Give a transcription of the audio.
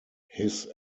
his